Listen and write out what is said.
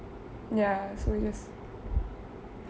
ya so we just